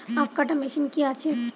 আখ কাটা মেশিন কি আছে?